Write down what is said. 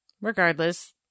Regardless